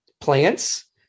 plants